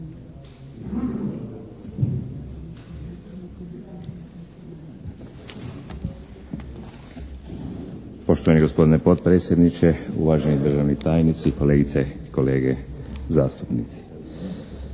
poštovani gospodine potpredsjedniče, uvaženi državni tajnici, kolegice i kolege.